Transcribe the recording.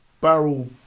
barrel